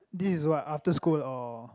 this is what after school or